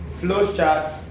flowcharts